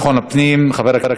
הזכרתי את זה קודם, בידי